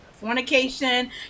fornication